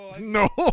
No